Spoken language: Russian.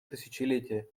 тысячелетия